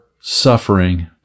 suffering